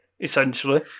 essentially